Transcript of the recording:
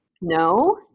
No